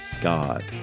God